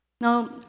Now